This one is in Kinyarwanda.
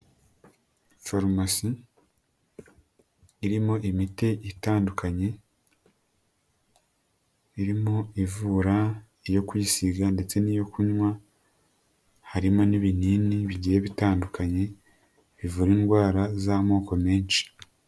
Farumasi irimo imiti itandukanye irimo ivura iyo kwisiga ndetse n'iyo kunywa, harimo n'ibinini bigiye bitandukanye bivura indwara z'amoko menshi.